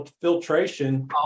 filtration